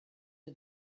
for